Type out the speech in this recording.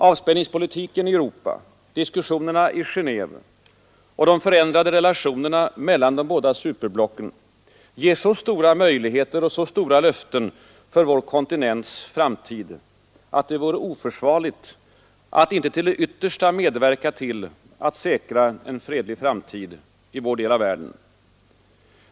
Avspänningspolitiken i Europa, diskussionerna i Gentve och de förändrade relationerna mellan de båda superblocken ger så stora möjligheter och så stora löften för vår kontinents framtid att det vore oförsvarligt att inte till det yttersta medverka till att säkra en fredlig framtid i vår del av världen.